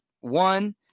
one